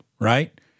right